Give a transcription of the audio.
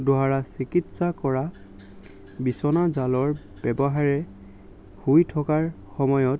দ্ৱাৰা চিকিৎসা কৰা বিচনা জালৰ ব্যৱহাৰে শুই থকাৰ সময়ত